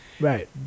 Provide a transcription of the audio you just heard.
Right